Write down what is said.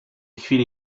chwili